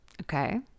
Okay